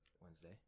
Wednesday